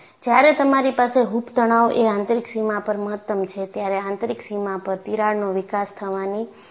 જ્યારે તમારી પાસે હૂપ તણાવ એ આંતરિક સીમા પર મહત્તમ છે ત્યારે આંતરિક સીમા પર તિરાડનો વિકાસ થવાની સંભાવના છે